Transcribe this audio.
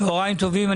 צהריים טובים.